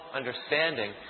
understanding